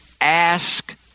ask